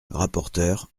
rapporteur